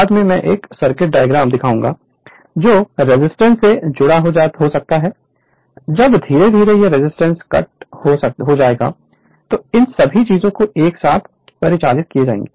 बाद में मैं एक सर्किट डायग्राम दिखाऊंगा जो रेजिस्टेंस से जुड़ा हो सकता है जब धीरे धीरे यह रेजिस्टेंस कट हो जाएगा और इन सभी चीजों को एक साथ परिचालित किया जाएगा